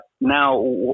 now